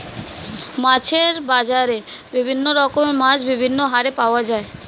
মাছের বাজারে বিভিন্ন রকমের মাছ বিভিন্ন হারে পাওয়া যায়